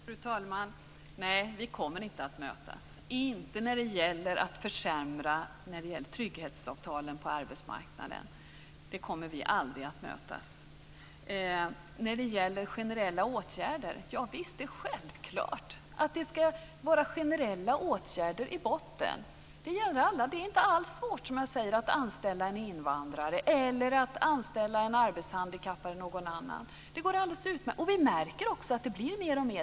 Fru talman! Nej, vi kommer inte att mötas, inte när det gäller att försämra trygghetsavtalen på arbetsmarknaden. Där kommer vi aldrig att mötas. När det gäller generella åtgärder vill jag säga att visst, det är självklart att det ska vara generella åtgärder i botten. Det gäller alla. Det är inte alls svårt, som jag säger, att anställa en invandrare, en arbetshandikappad eller någon annan. Det går alldeles utmärkt. Vi märker också att det blir mer och mer.